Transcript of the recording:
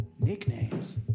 nicknames